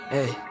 Hey